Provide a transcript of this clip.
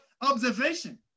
observation